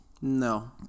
No